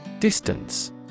Distance